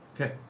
Okay